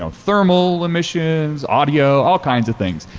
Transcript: ah thermal emissions, audio, all kinds of things.